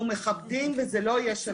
אנחנו מכבדים וזה לא יהיה של רמות.